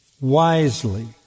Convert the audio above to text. wisely